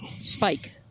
spike